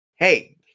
hey